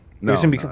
No